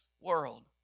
world